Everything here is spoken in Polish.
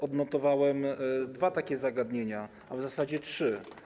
Odnotowałem dwa takie zagadnienia, a w zasadzie trzy.